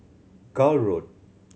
Gul Road